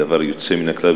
דבר יוצא מן הכלל,